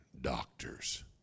doctors